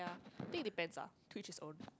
I think it depends ah to each his own